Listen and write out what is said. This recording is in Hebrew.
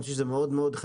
אני חושב שזה מאוד חשוב,